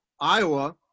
Iowa